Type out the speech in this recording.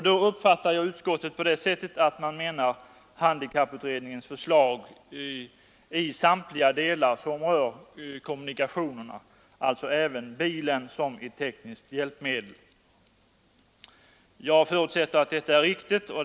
Då uppfattar jag utskottet på det sättet att man avser handikapputredningens förslag i samtliga delar som rör kommunikationerna, alltså även bilen som ett tekniskt hjälpmedel. Jag förutsätter att detta är riktigt.